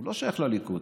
זה לא שייך לליכוד.